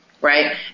Right